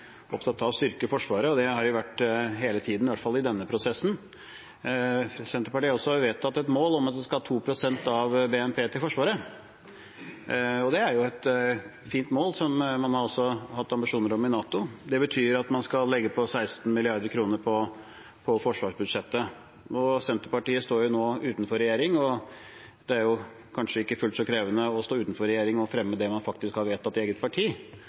opptatt av å styrke Forsvaret, og det har de vært hele tiden, i hvert fall i denne prosessen. Senterpartiet har også vedtatt et mål om at de skal ha 2 pst. av BNP til Forsvaret, og det er et fint mål, som man også har hatt ambisjoner om i NATO. Det betyr at man skal legge på 16 mrd. kr på forsvarsbudsjettet. Senterpartiet står jo nå utenfor regjering, og det er kanskje ikke fullt så krevende å stå utenfor regjering og fremme det man faktisk har vedtatt i eget parti.